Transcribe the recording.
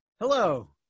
Hello